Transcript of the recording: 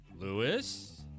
lewis